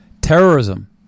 Terrorism